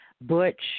Butch